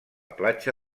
platja